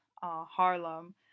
Harlem